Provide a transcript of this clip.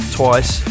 twice